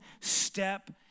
step